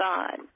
God